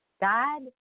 God